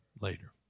later